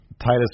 Titus